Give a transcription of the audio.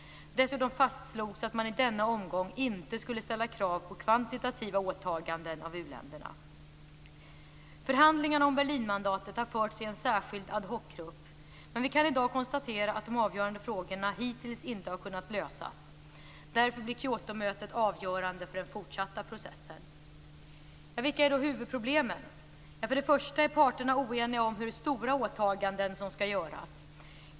Dessutom fastslogs att man i denna omgång inte skulle ställa krav på kvantitativa åtaganden av u-länderna. Förhandlingarna om Berlinmandatet har förts i en särskild ad hoc-grupp. Men vi kan i dag konstatera att de avgörande frågorna hittills inte har kunnat lösas. Därför blir Kyotomötet avgörande för den fortsatta processen. Vilka är då huvudproblemen? För det första är parterna oeniga om hur stora åtaganden som skall göras.